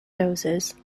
doses